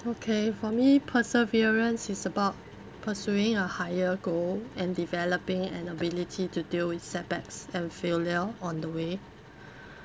okay for me perseverance is about pursuing a higher goal and developing an ability to deal with setbacks and failure on the way